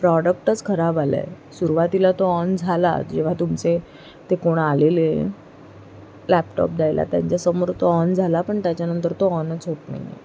प्रॉडक्टच खराब आलं आहे सुरवातीला तो ऑन झाला जेव्हा तुमचे ते कोण आलेले लॅपटॉप द्यायला त्यांच्यासमोर तो ऑन झाला पण त्याच्यानंतर तो ऑनच होत नाही आहे